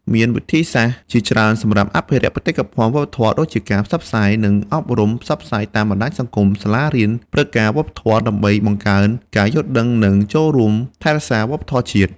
មានវិធីសាស្ត្រជាច្រើនសម្រាប់អភិរក្សបេតិកភណ្ឌវប្បធម៏ដូចជាការផ្សព្វផ្សាយ និងអប់រំ ផ្សព្វផ្សាយតាមបណ្តាញសង្គម សាលារៀន ព្រឹត្តិការណ៍វប្បធម៌ ដើម្បីបង្កើនការយល់ដឹង និង ចូលរួមថែរក្សាវប្បធម៌ជាតិ។